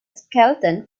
skeleton